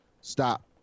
stop